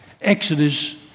Exodus